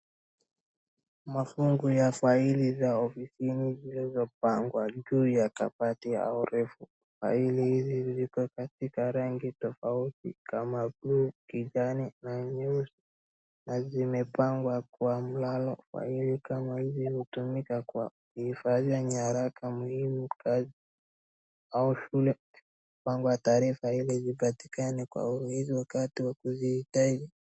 mafungu ya faili za ofisini zilizopangwa juu ya kabati yao refu, faili hizi ziko katika rangi tofauti kama blue , kijani na nyeusi na zimepangwa kwa mlalo, faili kama hizi hutumika kwa kuhifadhi nyaraka muhimu za kazi au shule mabango ya taarifa ili zipatikane kwa urahisi wakati wa kuzihitaji.